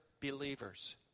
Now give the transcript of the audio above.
believers